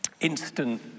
instant